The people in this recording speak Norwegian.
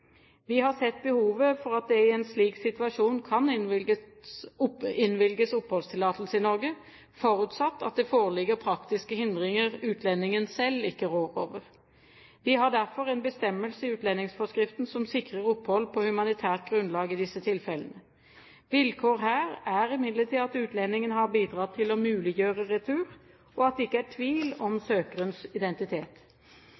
Vi har sett behovet for at det i en slik situasjon kan innvilges oppholdstillatelse i Norge, forutsatt at det foreligger praktiske hindringer utlendingen selv ikke rår over. Vi har derfor en bestemmelse i utlendingsforskriften som sikrer opphold på humanitært grunnlag i disse tilfellene. Vilkår her er imidlertid at utlendingen har bidratt til å muliggjøre retur, og at det ikke er tvil om